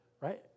Right